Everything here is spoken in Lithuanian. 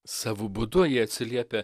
savu būdu jie atsiliepia